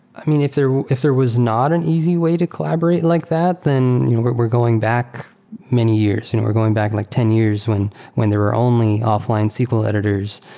i mean, if there will if there was not an easy way to collaborate like that, then you know we're going back many years. you know we're going back like ten years when when there were only offline sql editors,